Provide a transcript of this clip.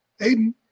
Aiden